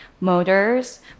motors